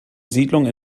siedlung